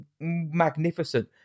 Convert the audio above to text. magnificent